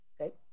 Okay